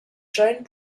joined